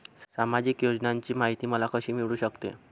सामाजिक योजनांची माहिती मला कशी मिळू शकते?